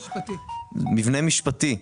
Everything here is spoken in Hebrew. מבנה משפטי,